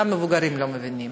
גם מבוגרים לא מבינים.